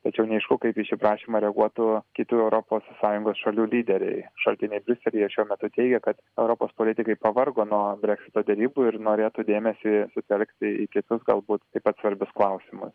tačiau neaišku kaip į šį prašymą reaguotų kitų europos sąjungos šalių lyderiai šaltiniai briuselyje šiuo metu teigia kad europos politikai pavargo nuo breksito derybų ir norėtų dėmesį sutelkti į kitus galbūt taip pat svarbius klausimus